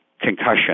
concussion